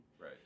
right